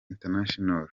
international